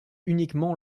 uniquement